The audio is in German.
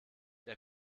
der